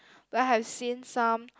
like I've seen some